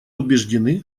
убеждены